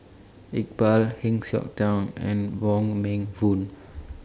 Iqbal Heng Siok Tian and Wong Meng Voon